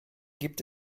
gibt